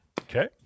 Okay